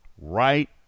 Right